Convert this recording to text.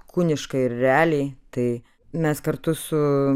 kūniškai ir realiai tai mes kartu su